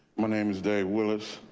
my name is dave willis.